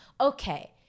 okay